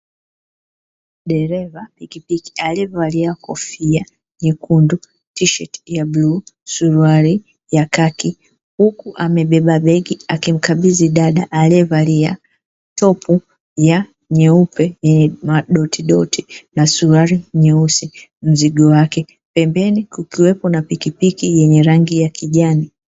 Dereva pikipiki aliyevalia kofia nyekundu, tisheti ya bluu, suruali ya khaki, huku amebeba begi akimkabidhi dada aliyevalia topu ya nyeupe, yenye madotidoti na suruali nyeusi mzigo wake. Pembeni kukiwepo na pikipiki yenye rangi ya kijani.